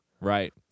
Right